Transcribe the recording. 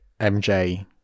mj